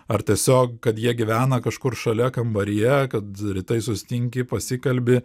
ar tiesiog kad jie gyvena kažkur šalia kambaryje kad rytais susitinki pasikalbi